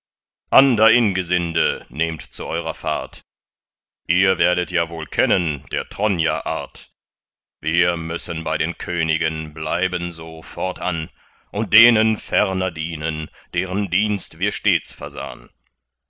ander ingesinde nehmt zu eurer fahrt ihr werdet ja wohl kennen der tronjer art wir müssen bei den königen bleiben so fortan und denen ferner dienen deren dienst wir stets versahn